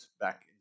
back